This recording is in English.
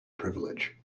privilege